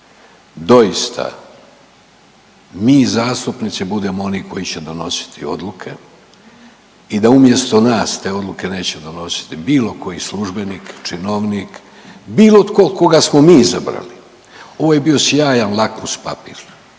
doista mi zastupnici budemo oni koji će donositi odluke i da umjesto nas te odluke neće donositi bilo koji službenik, činovnik, bilo tko koga smo mi izabrali. Ovo je bilo sjajan lakmus papir,